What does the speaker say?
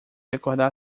acordar